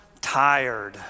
tired